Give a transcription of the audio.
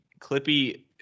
Clippy